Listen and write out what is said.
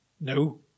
no